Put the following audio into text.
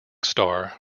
star